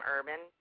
Urban